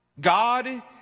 God